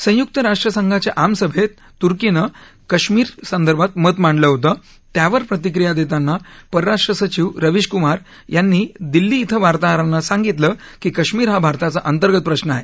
संयुक्त राष्ट्र संघाच्या आमसभेत तुर्कीनं काश्मीर काश्मीर संदर्भात मत मांडलं होतं त्यावर प्रतिक्रिया देताना परराष्ट्रीय सविव रवीश कुमार यांनी दिल्ली इथं वार्ताहरांना सांगितलं की काश्मीर हा भारताचा अंतर्गत प्रश्न आहे